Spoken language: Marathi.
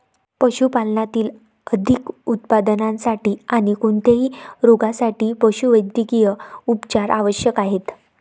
पशुपालनातील अधिक उत्पादनासाठी आणी कोणत्याही रोगांसाठी पशुवैद्यकीय उपचार आवश्यक आहेत